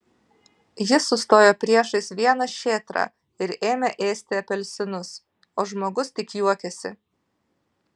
jis sustojo priešais vieną šėtrą ir ėmė ėsti apelsinus o žmogus tik juokėsi